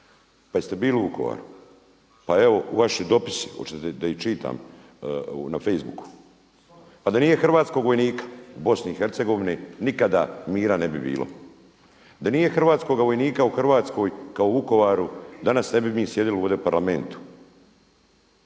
Pa jeste li bili u Vukovaru? Pa evo u vašem dopisu, hoćete da ih čitam na facebooku? Pa da nije hrvatskog vojnika u Bosni i Hercegovini nikada mira ne bi bilo, da nije hrvatskoga vojnika u Hrvatskoj kao u Vukovaru danas ne bi mi sjedili ovdje u Parlamentu.